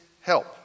help